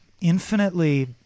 infinitely